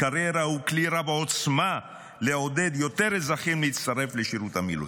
קריירה הוא כלי רב-עוצמה לעודד יותר אזרחים להצטרף לשירות המילואים.